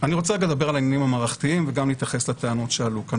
אני רוצה לדבר על העניינים המערכתיים וגם להתייחס לטענות שעלו כאן.